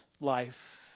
life